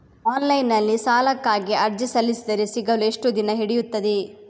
Online ನಲ್ಲಿ ಸಾಲಕ್ಕಾಗಿ ಅರ್ಜಿ ಸಲ್ಲಿಸಿದರೆ ಸಿಗಲು ಎಷ್ಟು ದಿನ ಹಿಡಿಯುತ್ತದೆ?